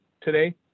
today